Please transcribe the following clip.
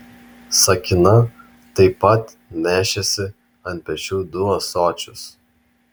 sakina taip pat nešėsi ant pečių du ąsočius